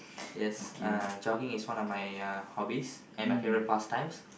yes uh jogging is one of my uh hobbies and my favorite past times